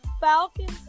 Falcons